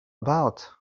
about